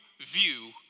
view